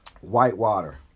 Whitewater